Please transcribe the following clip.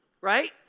right